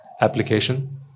application